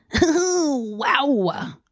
wow